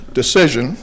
decision